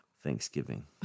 Thanksgiving